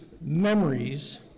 memories